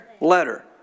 letter